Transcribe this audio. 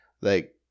Like-